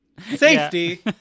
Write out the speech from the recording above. Safety